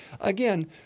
again